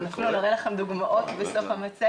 אנחנו נראה לכם דוגמאות בסוף המצגת.